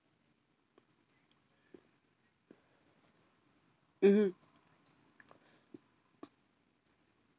mmhmm